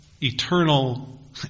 eternal